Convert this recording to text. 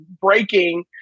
breaking